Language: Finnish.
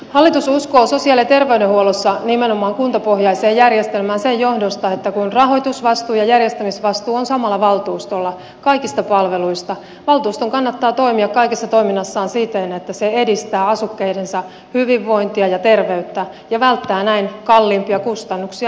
hallitus uskoo sosiaali ja terveydenhuollossa nimenomaan kuntapohjaiseen järjestelmään sen johdosta että kun rahoitusvastuu ja järjestämisvastuu on samalla valtuustolla kaikista palveluista valtuuston kannattaa toimia kaikessa toiminnassaan siten että se edistää asukkaidensa hyvinvointia ja terveyttä ja välttää näin kalliimpia kustannuksia jatkossa